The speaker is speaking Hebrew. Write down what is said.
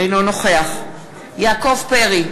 אינו נוכח יעקב פרי,